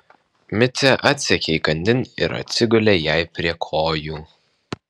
micė atsekė įkandin ir atsigulė jai prie kojų